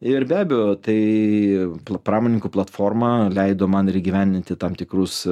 ir be abejo tai pramoninkų platforma leido man ir įgyvendinti tam tikrus